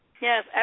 Yes